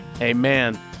Amen